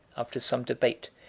after some debate,